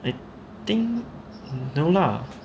I think no lah